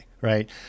right